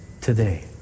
today